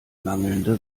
mangelnde